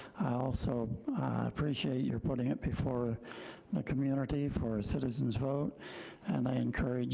i also appreciate your putting it before the community for citizens vote and i encourage